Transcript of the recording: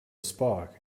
spark